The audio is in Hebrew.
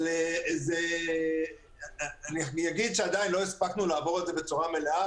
אבל עדיין לא הספקנו לעבור על זה בצורה מלאה,